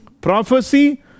Prophecy